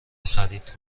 خرید